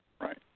Right